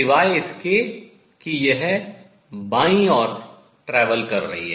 सिवाय इसके कि यह बाईं ओर travel यात्रा करती है